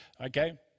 okay